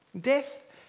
Death